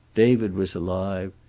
david was alive.